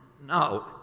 no